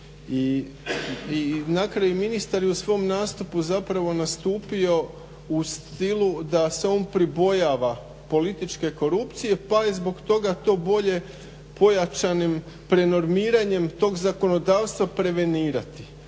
I na kraju i ministar je u svom nastupu zapravo nastupio u stilu da se on pribojava političke korupcije pa je zbog toga to bolje pojačanim prenormiranjem tog zakonodavstva prevenirati.